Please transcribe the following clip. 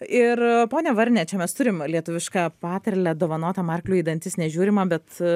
ir ponia varne čia mes turim lietuvišką patarlę dovanotam arkliui į dantis nežiūrima bet